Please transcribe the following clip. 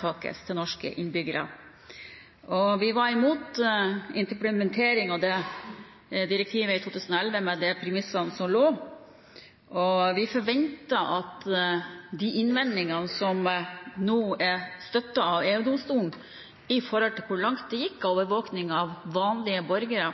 for norske innbyggere. Vi var imot implementering av direktivet i 2011 med de premissene som lå. Vi forventer at de innvendingene som nå er støttet av EU-domstolen i forhold til hvor langt dette gikk i overvåking av vanlige borgere,